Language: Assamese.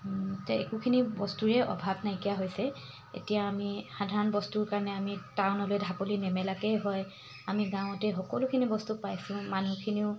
এতিয়া একোখিনি বস্তুৰেই অভাৱ নাইকিয়া হৈছে এতিয়া আমি সাধাৰণ বস্তুৰ কাৰণে আমি টাউনলৈ ঢাপলি নেমেলাকেই হয় আমি গাঁৱতে সকলোখিনি বস্তু পাইছোঁ মানুহখিনিও